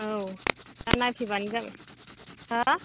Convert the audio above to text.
औ हा नायफैबानो जाबाय हा